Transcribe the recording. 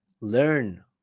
learn